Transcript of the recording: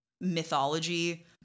mythology